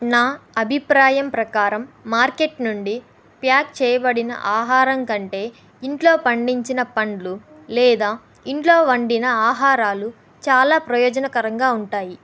నా అభిప్రాయం ప్రకారం మార్కెట్ నుండి ప్యాక్ చెయ్యబడిన ఆహారంకంటే ఇంట్లో పండించిన పండ్లు లేదా ఇంట్లో వండిన ఆహారాలు చాలా ప్రయోజనకరంగా ఉంటాయి